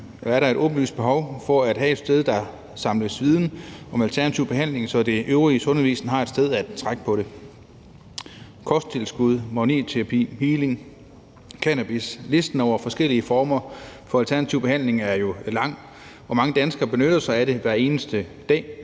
er der jo et åbenlyst behov for at have et sted, hvor der samles viden om alternativ behandling, så det øvrige sundhedsvæsen har et sted at trække på det. Kosttilskud, magnetterapi, healing, cannabis – listen over forskellige former for alternativ behandling er jo lang, og mange danskere benytter sig af det hver eneste dag.